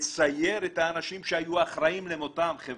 לצייר כך את האנשים שהיו אחראים למותם של הנערים.